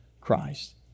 Christ